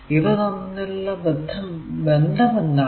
ഇവ തമ്മിലുള്ള വ്യത്യാസം എന്താണ്